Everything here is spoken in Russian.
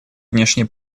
внешней